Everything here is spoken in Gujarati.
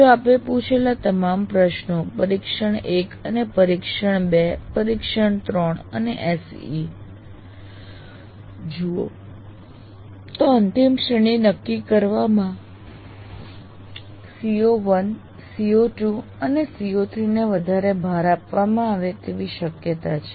જો આપે પૂછેલા તમામ પ્રશ્નો પરીક્ષણ 1 અને પરીક્ષણ 2 પરીક્ષણ 3 અને SEE વગેરે જુઓ તો અંતિમ શ્રેણી નક્કી કરવામાં CO1 CO2 અને CO3 ને વધારે ભાર આપવામાં આવે તેવી શક્યતા છે